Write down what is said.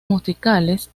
musicales